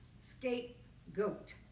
scapegoat